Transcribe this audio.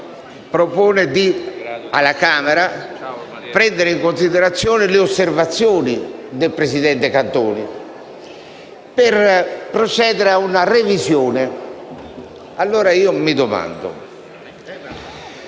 propone alla Camera di prendere in considerazione le osservazioni del presidente Cantone di procedere a una revisione del disegno